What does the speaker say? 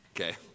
Okay